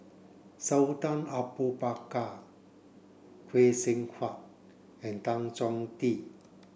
Sultan Abu Bakar Phay Seng Whatt and Tan Chong Tee